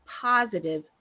positive